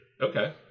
Okay